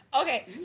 Okay